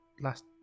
last